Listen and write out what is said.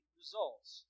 results